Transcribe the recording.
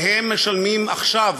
והם משלמים עכשיו,